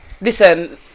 listen